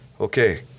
okay